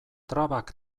trabak